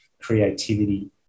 creativity